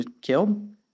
killed